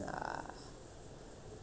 it's you know that's the thing